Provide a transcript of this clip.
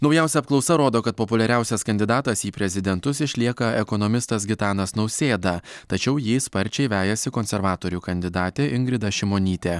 naujausia apklausa rodo kad populiariausias kandidatas į prezidentus išlieka ekonomistas gitanas nausėda tačiau jį sparčiai vejasi konservatorių kandidatė ingrida šimonytė